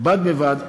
ובד בבד,